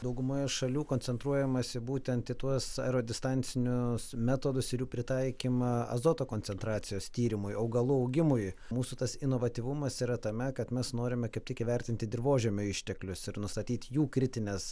daugumoje šalių koncentruojamasi būtent į tuos aerodistancinius metodus ir jų pritaikymą azoto koncentracijos tyrimui augalų augimui mūsų tas inovatyvumas yra tame kad mes norime kaip tik įvertinti dirvožemio išteklius ir nustatyti jų kritines